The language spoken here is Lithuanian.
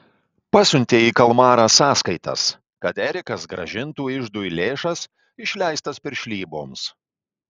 pasiuntė į kalmarą sąskaitas kad erikas grąžintų iždui lėšas išleistas piršlyboms